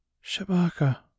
Shabaka